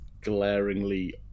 glaringly